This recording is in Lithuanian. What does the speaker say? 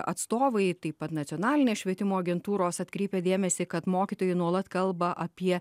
atstovai taip pat nacionalinės švietimo agentūros atkreipia dėmesį kad mokytojai nuolat kalba apie